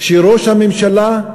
שראש הממשלה,